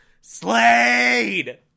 Slade